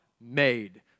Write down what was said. made